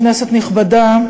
כנסת נכבדה,